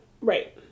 Right